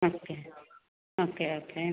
okay okay okay